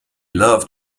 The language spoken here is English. love